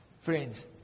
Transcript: Friends